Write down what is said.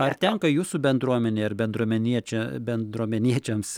ar tenka jūsų bendruomenei ar bendruomeniečia bendruomeniečiams